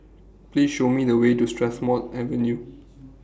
Please Show Me The Way to Strathmore Avenue